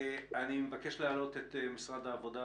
אני מבקש להעלות את משרד העבודה,